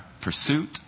pursuit